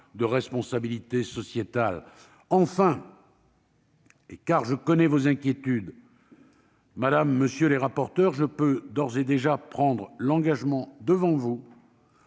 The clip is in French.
de responsabilité sociétale. Je précise, parce que je connais vos inquiétudes, madame, monsieur les rapporteurs, que je peux d'ores et déjà prendre l'engagement devant vous